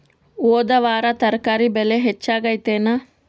ಹೊದ ವಾರ ತರಕಾರಿ ಬೆಲೆ ಹೆಚ್ಚಾಗಿತ್ತೇನ?